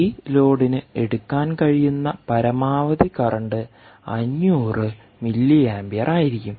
ഈ ലോഡിന് എടുക്കാൻ കഴിയുന്ന പരമാവധി കറന്റ് 500 മില്ലിയാംപിയർ ആയിരിക്കും